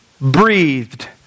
breathed